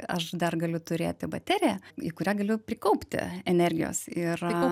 aš dar galiu turėti bateriją į kurią galiu prikaupti energijos yra